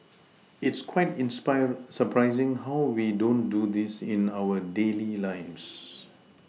it's quite inspire surprising how we don't do this in our daily lives